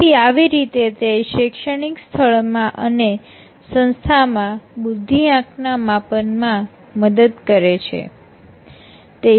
તેથી આવી રીતે તે શૈક્ષણિક સ્થળ માં અને સંસ્થામાં બુદ્ધિઆંક ના માપન માં મદદ કરે છે